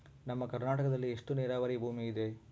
ನಮ್ಮ ಕರ್ನಾಟಕದಲ್ಲಿ ಎಷ್ಟು ನೇರಾವರಿ ಭೂಮಿ ಇದೆ?